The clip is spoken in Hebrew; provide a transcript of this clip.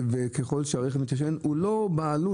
הוא לא בעלות,